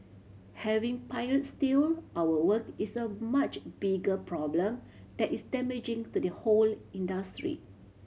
having pirates steal our work is a much bigger problem that is damaging to the whole industry